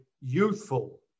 youthful